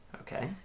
Okay